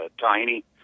Tiny